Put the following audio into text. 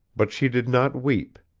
but she did not weep,